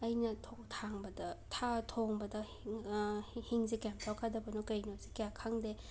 ꯑꯩꯅ ꯊꯣꯡ ꯊꯥꯛꯕꯗ ꯊꯥ ꯊꯣꯡꯕꯗ ꯍꯤ ꯍꯤꯡꯁꯤ ꯀꯌꯥꯝ ꯊꯥꯛꯀꯗꯕꯅꯣ ꯀꯩꯅꯣꯁꯦ ꯀꯌꯥ ꯈꯪꯗꯦ